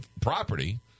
property